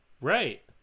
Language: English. right